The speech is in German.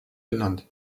genannt